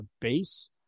base